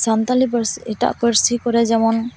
ᱥᱟᱱᱛᱟᱲᱤ ᱯᱟᱹᱨᱥᱤ ᱤᱴᱟᱜ ᱯᱟᱹᱨᱥᱤ ᱠᱚᱨᱮ ᱡᱮᱢᱚᱱ